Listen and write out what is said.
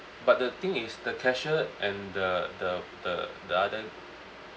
but the thing is the cashier and the the the the other